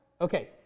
Okay